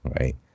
right